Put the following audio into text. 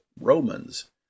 Romans